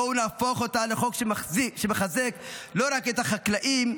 בואו נהפוך אותו לחוק שמחזק לא רק את החקלאים,